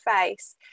face